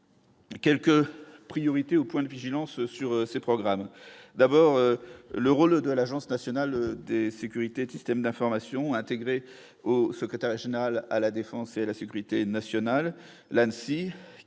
quelques priorités au point de vigilance sur ces programmes d'abord le rôle de l'Agence nationale des sécurités de systèmes d'information intégrés au secrétaire général à la défense et la sécurité nationale l'Annecy